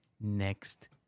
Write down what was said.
next